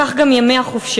וכך גם ימי החופשה.